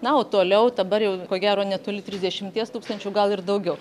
na o toliau dabar jau ko gero netoli trisdešimties tūkstančių gal ir daugiau